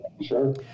Sure